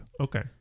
Okay